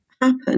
happen